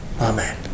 Amen